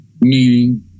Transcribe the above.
meeting